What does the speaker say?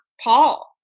Paul